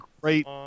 great